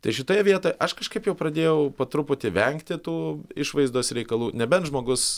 tai šitoje vietoj aš kažkaip jau pradėjau po truputį vengti tų išvaizdos reikalų nebent žmogus